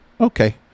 Okay